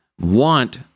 want